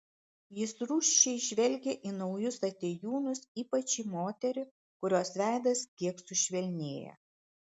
jis rūsčiai žvelgia į naujus atėjūnus ypač į moterį kurios veidas kiek sušvelnėja